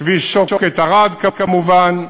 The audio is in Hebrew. כביש שוקת ערד כמובן,